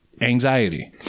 anxiety